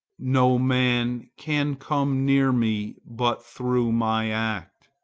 no man can come near me but through my act.